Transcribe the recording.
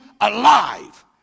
alive